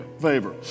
favor